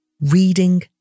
Reading